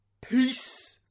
Peace